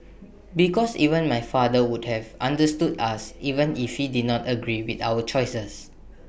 because even my father would have understood us even if he did not agree with our choices